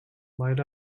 light